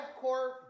core